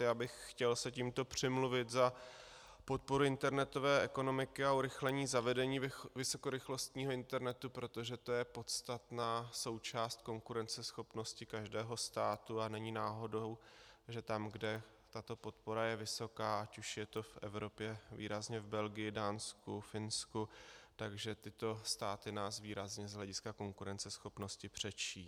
Já bych chtěl se tímto přimluvit za podporu internetové ekonomiky a urychlení zavedení vysokorychlostního internetu, protože to je podstatná součást konkurenceschopnosti každého státu a není náhodou, že tam, kde je tato podpora vysoká, ať už je to v Evropě, výrazně v Belgii, Dánsku, Finsku, že tyto státy nás výrazně z hlediska konkurenceschopnosti předčí.